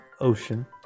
ocean